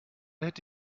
hätte